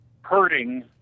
hurting